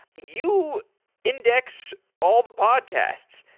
you index all the podcasts.